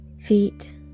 feet